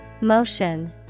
Motion